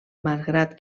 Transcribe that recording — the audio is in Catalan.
malgrat